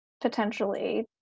potentially